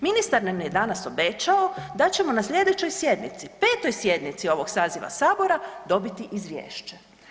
Ministar nam je danas obećao da ćemo na sljedećoj sjednici, 5. sjednici ovoga saziva Sabora dobiti izvješće.